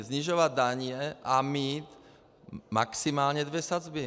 Snižovat daně a mít maximálně dvě sazby.